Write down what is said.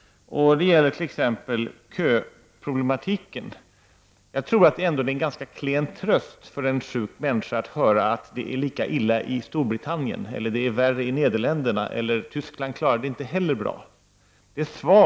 Det gäller t.ex. köproblematiken. Jag tror att det är en ganska klen tröst för en sjuk människa att höra att det är lika illa i Storbritannien, att det är värre i Nederländerna eller att man i Tyskland inte heller klarar detta bra.